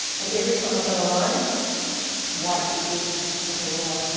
and every time i've done a line wipe the edge of the ruler.